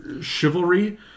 chivalry